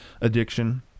addiction